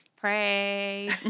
Pray